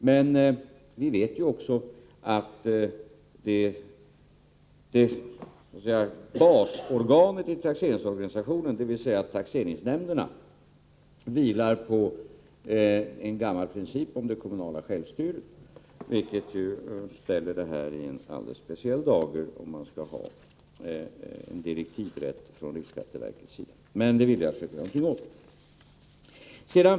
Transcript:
Men vi vet samtidigt att basorganet i taxeringsorganisationen, dvs. taxeringsnämnderna, vilar på en gammal princip om det kommunala självstyret, vilket ställer frågan om en direktivrätt från skatteverkets sida i en alldeles speciell dager, men det vill vi alltså inte göra någonting åt.